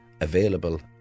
available